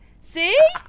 see